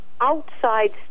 outside